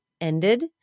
ended